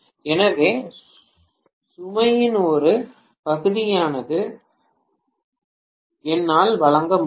எனவே சுமையின் ஒரு பகுதியையாவது என்னால் வழங்க முடியும்